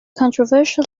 controversial